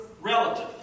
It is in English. relative